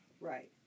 right